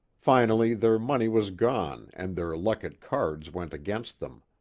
finally their money was gone and their luck at cards went against them.